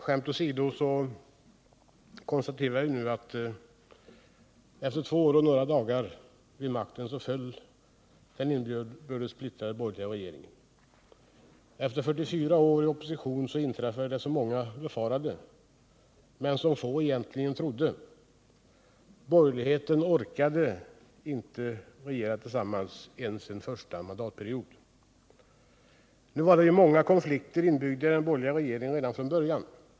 Skämt åsido konstaterar vi nu att efter två år och några dagar vid makten föll den inbördes splittrade borgerliga regeringen. Efter 44 år i opposition inträffade det som många befarade men som få egentligen trodde — borgerligheten orkade inte regera tillsammans ens en första mandatperiod. Nu var det ju många konflikter inbyggda i den borgerliga regeringen redan från början.